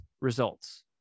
results